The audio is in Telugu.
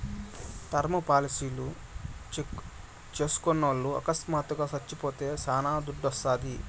టర్మ్ పాలసీలు చేస్కున్నోల్లు అకస్మాత్తుగా సచ్చిపోతే శానా దుడ్డోస్తాది